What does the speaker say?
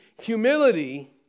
humility